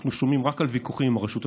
אנחנו שומעים רק על ויכוחים עם הרשות השופטת.